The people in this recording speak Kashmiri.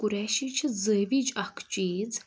کُریشی چھِ زٲوِج اَکھ چیز